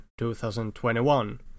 2021